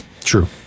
True